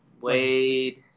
wade